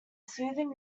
soothing